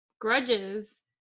grudges